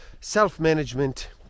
self-management